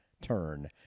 turn